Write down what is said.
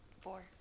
Four